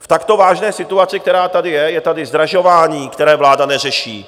V takto vážné situaci, která tady je je tady zdražování, které vláda neřeší.